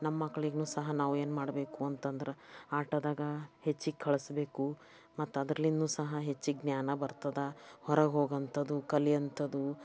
ನಮ್ಮ ಮಕ್ಳಿಗೂನು ಸಹ ನಾವು ಏನು ಮಾಡಬೇಕು ಅಂತಂದ್ರೆ ಆಟದಾಗ ಹೆಚ್ಚಿಗೆ ಕಳಿಸ್ಬೇಕು ಮತ್ತು ಅದರಲ್ಲಿಂದನೂ ಸಹ ಹೆಚ್ಚಿಗೆ ಜ್ಞಾನ ಬರ್ತದ ಹೊರಗೆ ಹೋಗೋಂಥದ್ದು ಕಲಿವಂಥದ್ದು